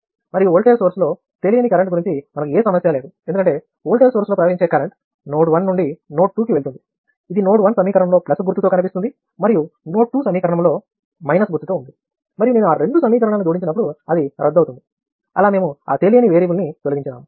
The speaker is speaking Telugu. మరియు వోల్టేజ్ సోర్స్లో తెలియని కరెంట్ ప్రవహించే గురించి మనకు ఏ సమస్య లేదు ఎందుకంటే వోల్టేజ్ సోర్స్లో ప్రవహించే కరెంట్ నోడ్ 1 నుండి నోడ్ 2 కి వెళుతుంది ఇది నోడ్ 1 సమీకరణంలో ప్లస్ గుర్తుతో కనిపిస్తుంది మరియు నోడ్ 2 సమీకరణంలో మైనస్ గుర్తుతో ఉంది మరియు నేను ఆ రెండు సమీకరణాలను జోడించినప్పుడు అది రద్దు అవుతుంది అలా మేము ఆ తెలియని వేరియబుల్ ని తొలగించినాము